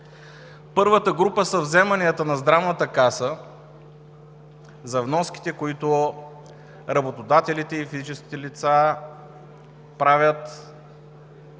Първата група са вземанията на Здравната каса на вноските, които работодателите и физическите лица правят.